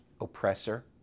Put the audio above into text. oppressor